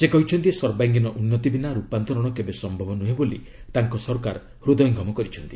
ସେ କହିଛନ୍ତି ସର୍ବାଙ୍ଗୀନ ଉନ୍ନତି ବିନା ରୂପାନ୍ତରଣ କେବେ ସମ୍ଭବ ନୁହେଁ ବୋଲି ତାଙ୍କ ସରକାର ହୃଦୟଙ୍ଗମ କରିଛନ୍ତି